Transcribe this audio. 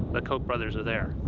ah koch brothers are there.